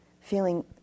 feeling